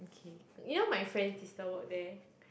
okay you know my friend's sister work there